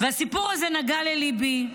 והסיפור הזה נגע לליבי.